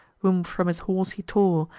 whom from his horse he tore,